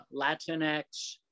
Latinx